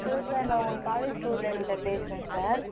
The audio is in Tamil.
ஹலோ சார் நான் உங்கள் காலேஜ் ஸ்டூடண்ட் பேசுறேங்க சார்